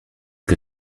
que